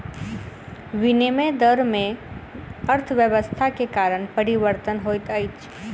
विनिमय दर में अर्थव्यवस्था के कारण परिवर्तन होइत अछि